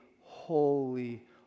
holy